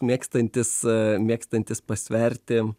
mėgstantis mėgstantis pasverti